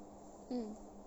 mm